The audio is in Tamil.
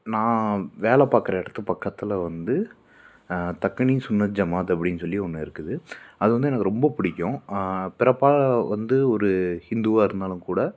நான் வேலை பார்க்கற இடத்துக்கு பக்கத்தில் வந்து தக்கினி சுன்னத் ஜமாத் அப்படின்னு சொல்லி ஒன்று இருக்குது அது வந்து எனக்கு ரொம்ப பிடிக்கும் பிறப்பால் வந்து ஒரு ஹிந்துவாக இருந்தாலும் கூட